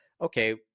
okay